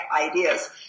ideas